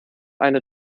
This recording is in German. eine